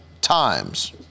times